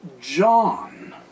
John